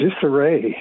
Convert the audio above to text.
disarray